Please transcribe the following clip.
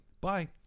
Bye